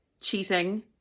cheating